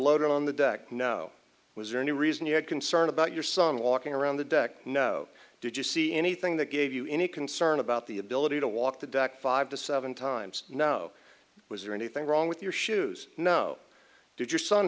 loaded on the deck no was there any reason you're concerned about your son walking around the deck no did you see anything that gave you any concern about the ability to walk the deck five to seven times know was there anything wrong with your shoes no did your son